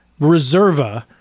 reserva